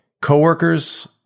coworkers